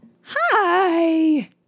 hi